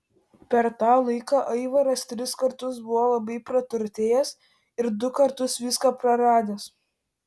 per tą laiką aivaras tris kartus buvo labai praturtėjęs ir du kartus viską praradęs